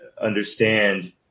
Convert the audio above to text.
understand